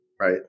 right